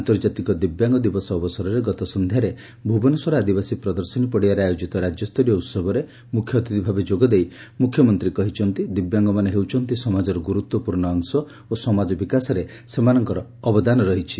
ଆନ୍ତର୍ଜାତିକ ଦିବ୍ୟାଙ୍ଗ ଦିବସ ଅବସରରେ ଗତ ସନ୍ଧ୍ୟାରେ ଭୁବନେଶ୍ୱର ଆଦିବାସୀ ପ୍ରଦର୍ଶନୀ ପଡ଼ିଆରେ ଆୟୋଜିତ ରାକ୍ୟସ୍ତରୀୟ ଉସବରେ ମୁଖ୍ୟ ଅତିଥି ଭାବେ ଯୋଗଦେଇ ମୁଖ୍ୟମନ୍ତୀ କହିଛନ୍ତି ଦିବ୍ୟାଙ୍ଗମାନେ ହେଉଛନ୍ତି ସମାଜର ଗୁରୁତ୍ପୂର୍ଶ୍ର ଅଂଶ ଓ ସମାଜ ବିକାଶରେ ସେମାନଙ୍କର ଅବଦାନ ରହିଛି